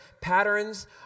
patterns